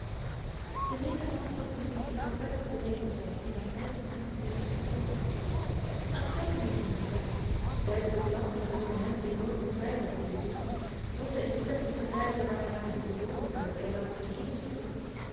de nederlandsche fantasie is al ver op den lijdensweg die naar uitputting voert gevorderd aan scheppingen geen gebrek zuidelijke landschappen door hen die nooit het zuiden hebben gezien bosschen in de tesselsche duinen waarnaar de bewoners van dit eiland te vergeefs zoeken